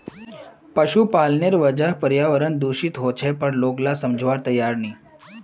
पशुपालनेर वजह पर्यावरण दूषित ह छेक पर लोग ला समझवार तैयार नी